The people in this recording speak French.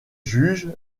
juge